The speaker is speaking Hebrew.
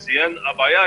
שאמרנו,